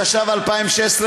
התשע"ו 2016,